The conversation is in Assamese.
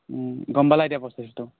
গম পালা এতিয়া প্ৰচেছটো